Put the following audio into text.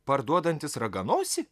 parduodantis raganosį